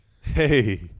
Hey